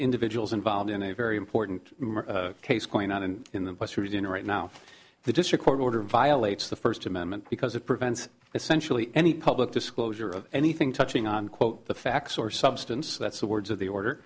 individuals involved in a very important case going on and in the us for dinner right now the district court order violates the first amendment because it prevents essentially any public disclosure of anything touching on quote the facts or substance that's the words of the order